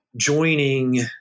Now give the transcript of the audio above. joining